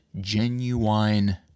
genuine